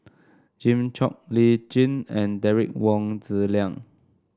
Jimmy Chok Lee Tjin and Derek Wong Zi Liang